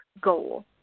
goal